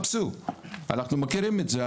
אנחנו מכירים את זה,